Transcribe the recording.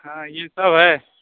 ہاں یہ سب ہے